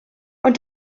ond